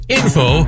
info